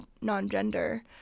non-gender